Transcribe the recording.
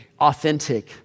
authentic